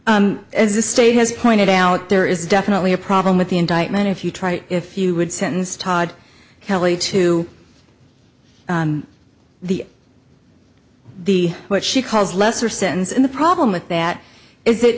as the state has pointed out there is definitely a problem with the indictment if you try to if you would sentence todd kelly to the the what she calls lesser sentence in the problem with that is